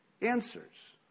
answers